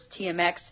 tmx